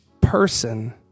person